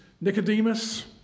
Nicodemus